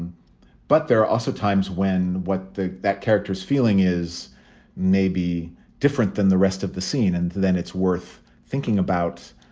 and but there are also times when what that character's feeling is maybe different than the rest of the scene. and then it's worth thinking about,